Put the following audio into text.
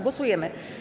Głosujemy.